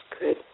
good